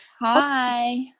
Hi